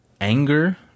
anger